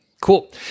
Cool